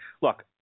look